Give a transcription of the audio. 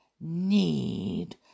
need